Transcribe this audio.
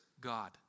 God